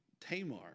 Tamar